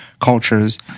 cultures